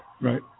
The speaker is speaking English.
Right